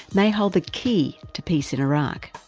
may hold the key to peace in iraq.